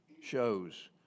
shows